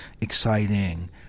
exciting